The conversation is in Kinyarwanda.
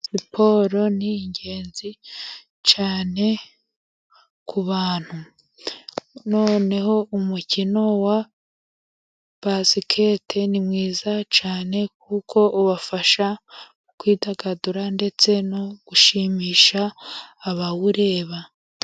Siporo ni ingenzi cyane ku bantu, noneho umukino wa basiketi ni mwiza cyane kuko ubafasha mu kwidagadura ndetse no gushimisha abawureba.